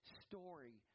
story